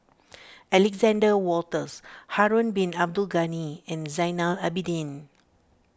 Alexander Wolters Harun Bin Abdul Ghani and Zainal Abidin